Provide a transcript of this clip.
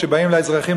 כשבאים לאזרחים,